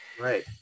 right